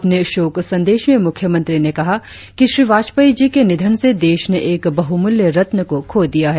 अपने शोक संदेश में मुख्यमंत्री ने कहा कि श्री वाजपेयी जी के निधन से देश ने एक बहुमूल्य रत्न को खो दिया है